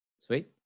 Sweet